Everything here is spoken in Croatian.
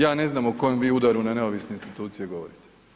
Ja ne znam o kojem vi udaru na neovisne institucije govorite.